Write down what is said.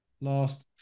last